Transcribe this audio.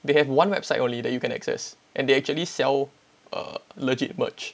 they have one website only that you can access and they actually sell err legit merch